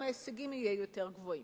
גם ההישגים יהיו יותר גבוהים?